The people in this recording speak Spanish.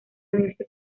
unirse